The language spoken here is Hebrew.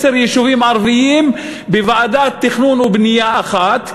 עשרה יישובים ערביים בוועדת תכנון ובנייה אחת,